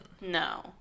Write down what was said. No